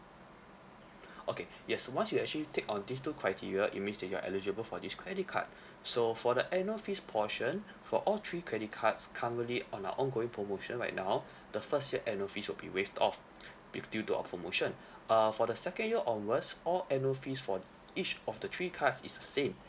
okay yes once you actually take on these two criteria it means that you are eligible for this credit card so for the annual fees portion for all three credit cards currently on our ongoing promotion right now the first year annual fees will be waived off with due to our promotion uh for the second year onwards all annual fees for each of the three cards is the same